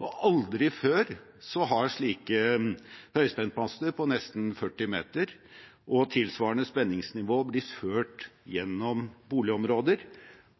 og aldri før har slike høyspentmaster på nesten 40 meter og tilsvarende spenningsnivå blitt ført gjennom boligområder.